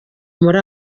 muri